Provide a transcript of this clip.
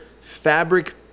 fabric